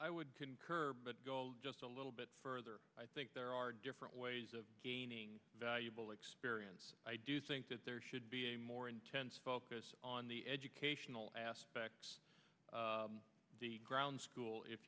i would concur but just a little bit further i think there are different ways of gaining valuable experience i do think that there should be a more intense focus on the educational aspect ground school if